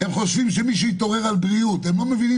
לא מפתחים